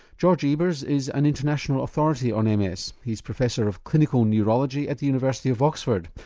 george ebers is an international authority on ms. he's professor of clinical neurology at the university of oxford.